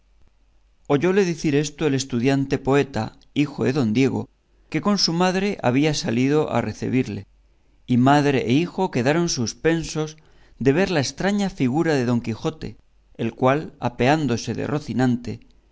amargura oyóle decir esto el estudiante poeta hijo de don diego que con su madre había salido a recebirle y madre y hijo quedaron suspensos de ver la estraña figura de don quijote el cual apeándose de rocinante